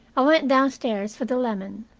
i went downstairs for the lemon.